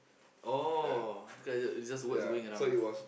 oh cause it's it's just words going around ah